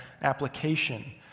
application